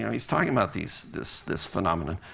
he's talking about these this this phenomenon.